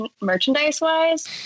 merchandise-wise